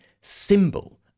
symbol